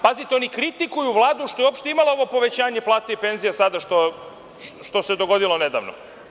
Pazite, oni kritikuju Vladu što je uopšte imala ovo povećanje plata i penzija sada što se dogodilo nedavno.